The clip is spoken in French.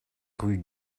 rue